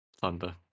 thunder